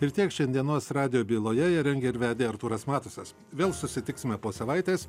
ir tiek šiandienos radijo byloje ją rengė ir vedė artūras matusas vėl susitiksime po savaitės